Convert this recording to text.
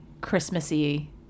Christmassy